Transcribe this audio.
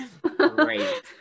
Great